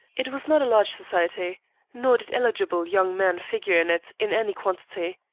it was not a large society nor did eligible young men figure in it in any quantity.